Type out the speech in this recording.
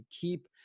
keep